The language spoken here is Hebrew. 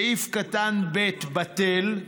(1) סעיף קטן (ב) בטל,